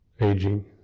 aging